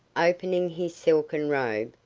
opening his silken robe,